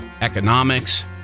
economics